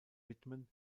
widmen